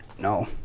No